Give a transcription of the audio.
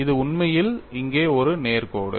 இது உண்மையில் இங்கே ஒரு நேர் கோடு